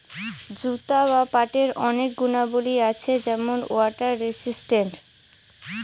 jute বা পাটের অনেক গুণাবলী আছে যেমন ওয়াটার রেসিস্টেন্ট